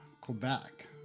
Quebec